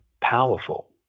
powerful